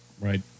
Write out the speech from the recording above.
Right